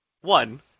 one